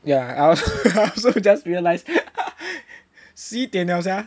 ya I also I also just realise 十一点了 sia